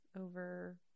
over